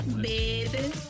baby